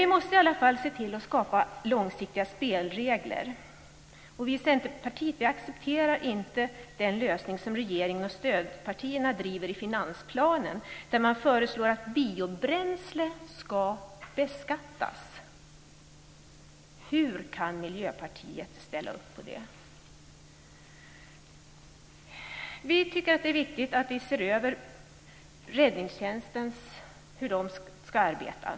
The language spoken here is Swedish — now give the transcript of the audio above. Vi måste i alla fall se till att skapa långsiktiga spelregler. Vi i Centerpartiet accepterar inte den lösning som regeringen och dess stödpartier driver i finansplanen, där man föreslår att biobränslen ska beskattas. Hur kan Miljöpartiet ställa sig bakom det? Vi tycker att det är viktigt att man ser över hur räddningstjänsten ska arbeta.